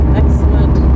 excellent